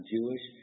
Jewish